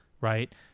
right